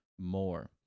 more